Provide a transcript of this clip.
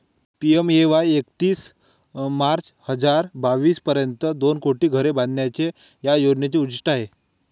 PMAY एकतीस March हजार बावीस पर्यंत दोन कोटी घरे बांधण्याचे या योजनेचे उद्दिष्ट आहे